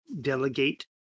delegate